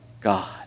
God